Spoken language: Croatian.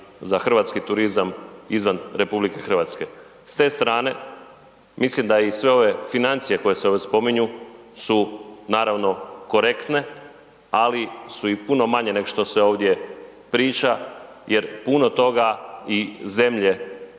za hrvatski turizam izvan RH. S te strane mislim da i sve ove financije koje se ovdje spominju su, naravno, korektne, ali su i puno manje nego što se ovdje priča jer puno toga i zemlje